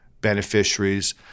beneficiaries